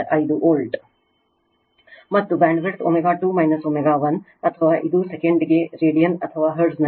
ಮತ್ತು ಬ್ಯಾಂಡ್ವಿಡ್ತ್ ω2 ω 1 ಅಥವಾ ಇದು ಸೆಕೆಂಡಿಗೆ ರೇಡಿಯನ್ ಅಥವಾ ಹರ್ಟ್ಜ್ನಲ್ಲಿ f 2 f 1 ಆಗಿದೆ